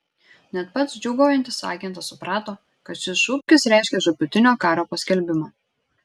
net pats džiūgaujantis agentas suprato kad šis šūkis reiškia žūtbūtinio karo paskelbimą